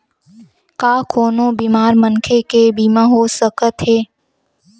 का कोनो बीमार मनखे के बीमा हो सकत हे?